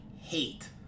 hate